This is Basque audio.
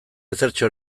ezertxo